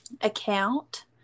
account